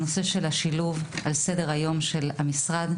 הנושא של השילוב על סדר-היום של המשרד.